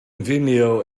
vimeo